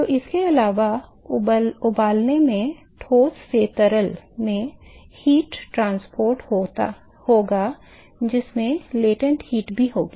तो इसके अलावा उबालने में ठोस से तरल में ऊष्मा परिवहन होगा जिसमें गुप्त ऊष्मा भी होगी